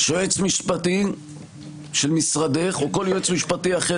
שיועץ משפטי של משרדך או כל יועץ משפטי אחר